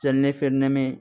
چلنے پھرنے میں